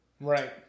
Right